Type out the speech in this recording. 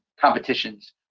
competitions